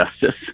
justice